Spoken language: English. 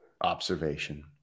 observation